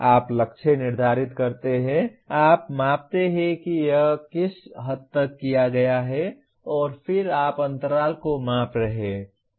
आप लक्ष्य निर्धारित करते हैं आप मापते हैं कि यह किस हद तक किया गया है और फिर आप अंतराल को माप रहे हैं